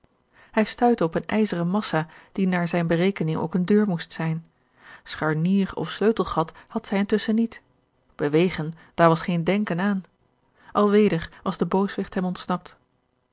hij stuitte op eene ijzeren massa die naar zijne berekening ook eene deur moest zijn scharnier of sleutelgat had zij intusschen niet bewegen daar was geen denken aan alweder was de booswicht hem ontsnapt